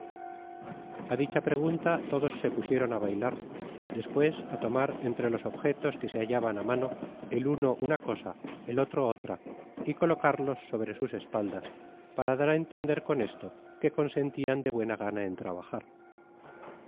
a dicha pregunta lodos se pusieron á bailar despues á tomar entre los objetos que se hallaban á mano el uno una cosa el otro otra y colocarlos sobre sus espaldas para d ir á enteodar con esto que consentias de buena gana en trabajar